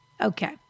Okay